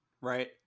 right